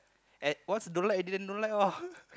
at what don't like then don't like lor